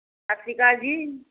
ਸਤਿ ਸ਼੍ਰੀ ਅਕਾਲ ਜੀ